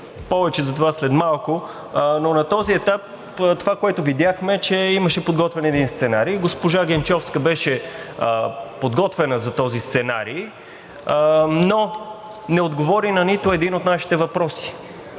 Повече за това след малко. Но на този етап това, което видяхме, е, че имаше подготвен един сценарий. Госпожа Генчовска беше подготвена за този сценарий, но не отговори на нито един от нашите въпроси,